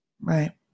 Right